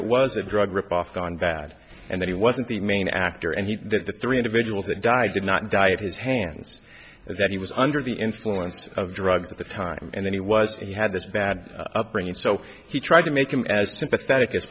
it was a drug ripoff gone bad and that he wasn't the main actor and he that the three individuals that died did not die at his hands is that he was under the influence of drugs at the time and then he was he had this bad upbringing so he tried to make him as sympathetic as